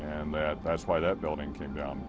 and that that's why that building came down